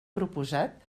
proposat